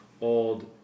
old